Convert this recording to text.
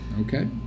okay